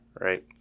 Right